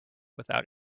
without